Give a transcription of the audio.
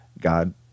God